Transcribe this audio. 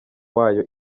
wayo